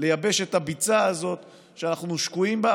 לייבש את הביצה הזאת שאנחנו שקועים בה,